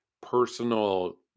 personal